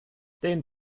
den